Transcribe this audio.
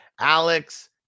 Alex